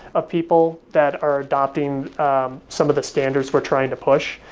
of people that are adopting some of the standards we're trying to push.